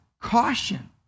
caution